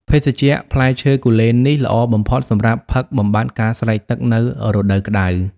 ភេសជ្ជៈផ្លែឈើគូលែននេះ ល្អបំផុតសម្រាប់ផឹកបំបាត់ការស្រេកទឹកនៅរដូវក្ដៅ។